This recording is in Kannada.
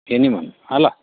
ಎನಿ ಒನ್ ಅಲ್ಲ